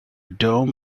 dom